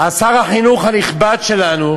שר החינוך הנכבד שלנו,